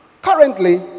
Currently